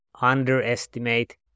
underestimate